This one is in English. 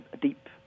deep